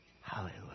hallelujah